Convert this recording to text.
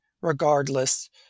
regardless